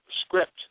script